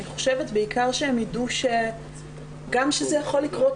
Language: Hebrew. אני חושבת שזה גם כדי שהם ידעו שזה יכול לקרות